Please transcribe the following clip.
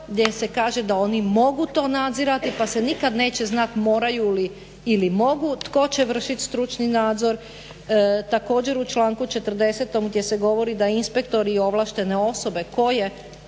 gdje se kaže da oni mogu to nadzirati pa se nikad neće znati moraju li ili mogu, tko će vršiti stručni nadzor. Također, u članku 40. gdje se govori da inspektori i ovlaštene osobe, koje?